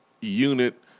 unit